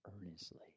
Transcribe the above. earnestly